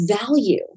value